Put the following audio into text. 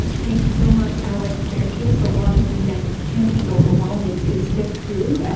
thanks so much, alex. there is a lot of need, and it can be overwhelming to sift through.